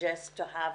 והציעה להציג את